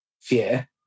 fear